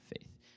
faith